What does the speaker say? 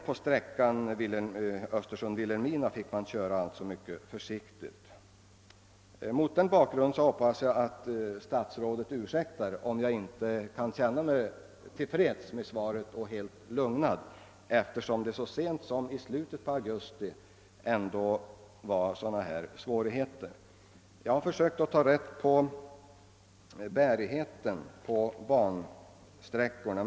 Så sent som i slutet av augusti var svårigheterna stora, och mot den bakgrunden hoppas jag att statsrådet ursäktar att jag inte kan känna mig till freds med svaret och inte heller kan känna mig lugnad. Några särskilda förstärkningsåtgärder har mig veterligt sedan dess inte gjorts. Jag har försökt ta reda på bärigheten på bansträckorna.